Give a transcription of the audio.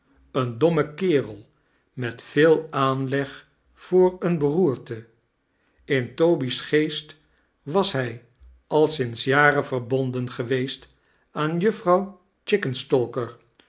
een dommen kerel met veel aanleg voor eene beroerte in toby's geest was hij al sands jaren verbonden geweest aan juffrouw